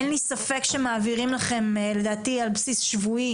אין לי ספק שמעבירים לכם על בסיס שבועי